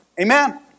Amen